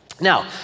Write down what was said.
Now